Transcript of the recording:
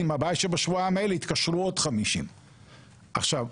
כי הבעיה שבשבועיים האלה יתקשרו עוד 50. עכשיו,